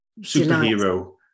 superhero